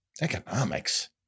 economics